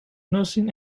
nursing